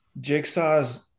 jigsaws